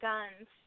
Guns